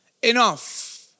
enough